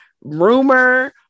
rumor